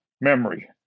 memory